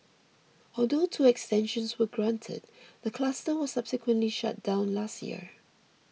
although two extensions were granted the cluster was subsequently shut down last year